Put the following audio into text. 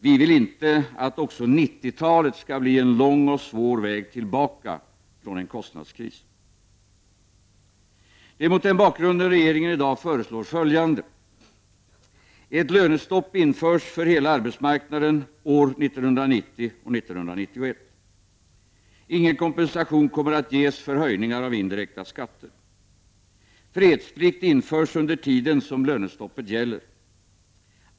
Vi vill inte att också 90-talet skall bli en lång och svår väg tillbaka från en kostnadskris. Det är mot den bakgrunden regeringen i dag föreslår följande: Ett lönestopp införs för hela arbetsmarknaden år 1990 och 1991. Ingen kompensation kommer att ges för höjningar av indirekta skatter. Fredsplikt införs under tiden som lönestoppet gäller.